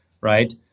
right